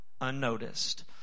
unnoticed